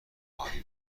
عالی